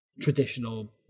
traditional